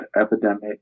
epidemic